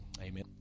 amen